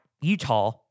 Utah